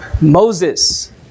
Moses